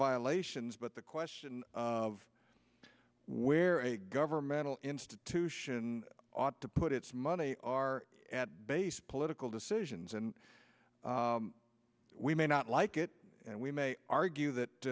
violations but the question of where a governmental institution ought to put its money are based political decisions and we may not like it and we may argue